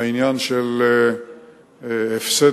עניין הפסד